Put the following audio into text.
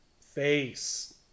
face